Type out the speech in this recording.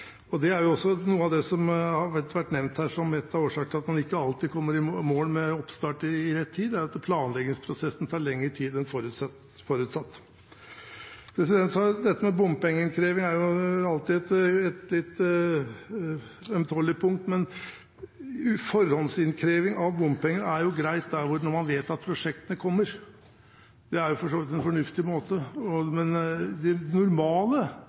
Det er også noe av det som har vært nevnt her som en av årsakene til at man ikke alltid kommer i mål med oppstart til rett tid: Planleggingsprosessen tar lengre tid en forutsatt. Dette med bompengeinnkreving er alltid et litt ømtålig punkt, men forhåndsinnkreving av bompenger er greit når man vet at prosjektene kommer. Det er for så vidt en fornuftig måte. Men det normale i andre saker har jo vært at man først har bygget veien og så krevd inn pengene etterpå. Det